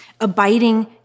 Abiding